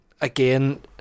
again